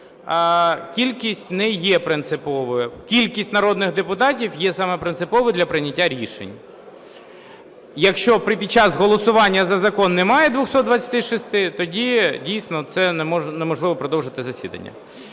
Кількість народних депутатів є саме принциповою для прийняття рішень. Якщо під час голосування за закон немає 226, тоді дійсно це неможливо продовжити засідання.